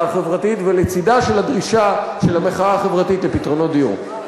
החברתית ולצדה של הדרישה של המחאה החברתית לפתרונות דיור.